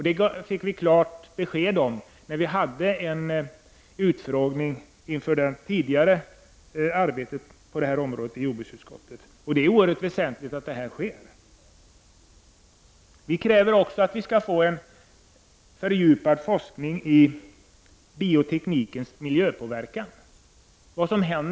Det fick vi klart besked om när vi i utskottet genomförde en utfrågning inför den tidigare behandlingen av detta område i jordbruksutskottet. Det är oerhört väsentligt att en sådan riskutvärdering sker. Centerpartiet kräver också att forskningen skall fördjupas när det gäller bioteknikens miljöpåverkan.